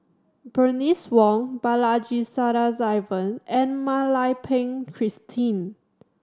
Bernice Wong Balaji Sadasivan and Mak Lai Peng Christine